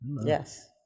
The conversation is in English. Yes